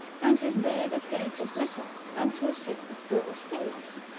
and his beard appeared to bristle, and to assume its bluish hues.